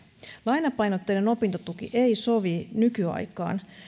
lainapainotteinen opintotuki ei sovi nykyaikaan